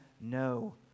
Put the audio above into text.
No